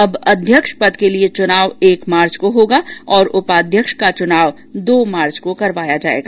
अब अध्यक्ष पद के लिए चुनाव एक मार्च को होगा और उपाध्यक्ष का चुनाव दो मार्च को होगा